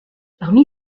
parmi